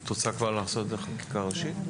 את רוצה כבר לעשות את זה בחקיקה ראשית?